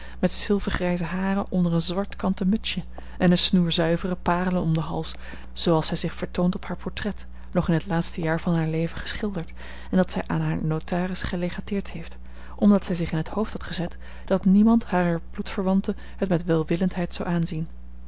met zilvergrijze haren onder een zwart kanten mutsje en een snoer zuivere paarlen om den hals zooals zij zich vertoont op haar portret nog in het laatste jaar van haar leven geschilderd en dat zij aan haar notaris gelegateerd heeft omdat zij zich in t hoofd had gezet dat niemand harer bloedverwanten het met welwillendheid zoude aanzien